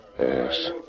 Yes